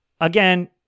again